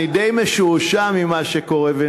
אני די משועשע ממה שקורה,